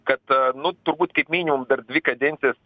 kad nu turbūt kaip minimum per dvi kadencijas